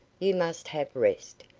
you must have rest.